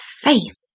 faith